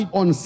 on